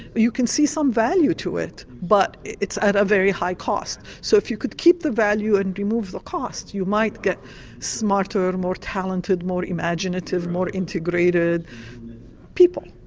you can see some value to it but it's at a very high cost. so if you could keep the value and remove the cost you might get smarter, more talented, more imaginative, more integrated people.